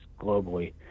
globally